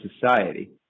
society